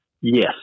Yes